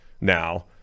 now